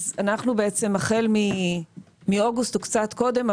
בעצם החל מאוגוסט או קצת קודם,